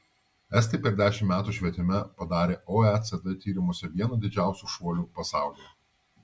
estai per dešimt metų švietime padarė oecd tyrimuose vieną didžiausių šuolių pasaulyje